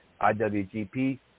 IWGP